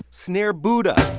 snare buddha,